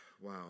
Wow